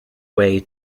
way